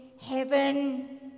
heaven